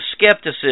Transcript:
skepticism